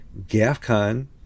Gafcon